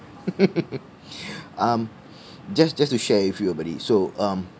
um just just to share with you ah buddy so um